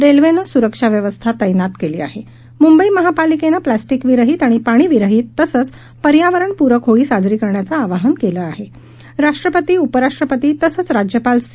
रव्वि सुरक्षा व्यवस्था तैनात कली आह मुंबई महापालिक्टी प्लॅस किविरहीत आणि पाणीविरहीत पर्यावरणप्रक होळी साजरी करण्याचं आवाहन क्लि आह राष्ट्रपती आणि उपराष्ट्रपती तसंच राज्यपाल सी